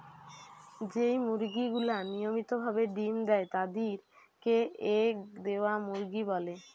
যেই মুরগি গুলা নিয়মিত ভাবে ডিম্ দেয় তাদির কে এগ দেওয়া মুরগি বলে